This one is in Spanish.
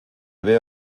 veo